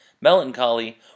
melancholy